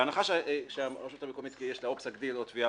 בהנחה שלרשות המקומית יש את האופציה להגדיר זאת תביעה